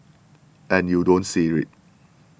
and you don't see